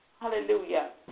hallelujah